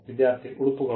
ವಿದ್ಯಾರ್ಥಿ ಉಡುಪುಗಳು